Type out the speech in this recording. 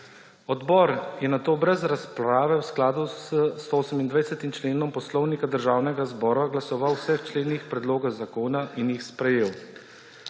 Odbor je na to brez razprave v skladu s 128. členom Poslovnika Državnega zbora glasoval o vseh členih predloga zakona in jih sprejel.